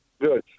Good